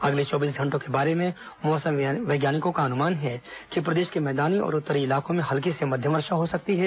अगले चौबीस घंटों के बारे में मौसम वैज्ञानिकों का अनुमान है कि प्रदेश के मैदानी और उत्तरी इलाकों में हल्की से मध्यम वर्षा हो सकती है